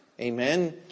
Amen